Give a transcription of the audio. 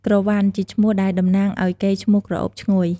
ក្រវ៉ាន់ ជាឈ្មោះដែលតំណាងឱ្យកេរ្តិ៍ឈ្មោះក្រអូបឈ្ងុយ។